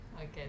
Okay